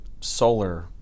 solar